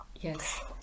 Yes